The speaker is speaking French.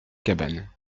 cabane